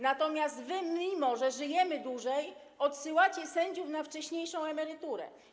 Natomiast wy, mimo że żyjemy dłużej, odsyłacie sędziów na wcześniejszą emeryturę.